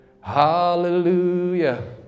hallelujah